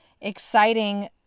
exciting